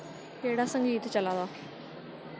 केह्ड़ा संगीत चला दा